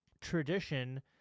tradition